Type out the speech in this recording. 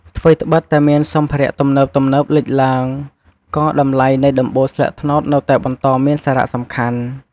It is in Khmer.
ថ្វីត្បិតតែមានសម្ភារៈទំនើបៗលេចឡើង ក៏តម្លៃនៃដំបូលស្លឹកត្នោតនៅតែបន្តមានសារៈសំខាន់។